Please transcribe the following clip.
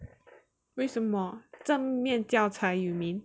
为什么正面教材 you mean